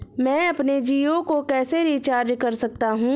मैं अपने जियो को कैसे रिचार्ज कर सकता हूँ?